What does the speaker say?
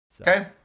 okay